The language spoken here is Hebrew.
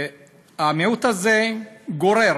המיעוט הזה גורר